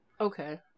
Okay